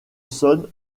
sonne